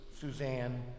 Suzanne